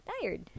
tired